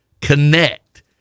Connect